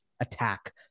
attack